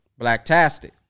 Blacktastic